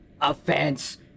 offense